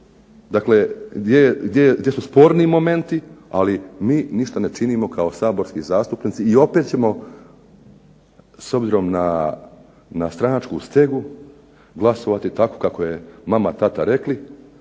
dakle gdje su sporni momenti. Ali mi ništa ne činimo kao saborski zastupnici i opet ćemo s obzirom na stranačku stegu glasovati tako kako je mama, tata rekli,